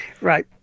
Right